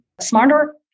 smarter